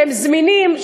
שהם זמינים,